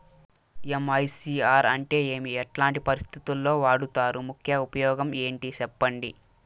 MICR అంటే ఏమి? ఎట్లాంటి పరిస్థితుల్లో వాడుతారు? ముఖ్య ఉపయోగం ఏంటి సెప్పండి?